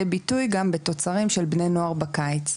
ביטוי גם בתוצרים של בני נוער בקיץ,